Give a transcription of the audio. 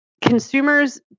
consumers